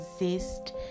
exist